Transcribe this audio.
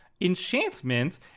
enchantment